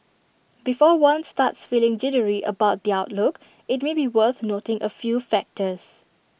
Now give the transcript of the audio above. before one starts feeling jittery about the outlook IT may be worth noting A few factors